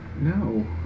No